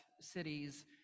cities